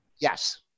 Yes